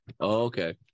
okay